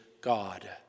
God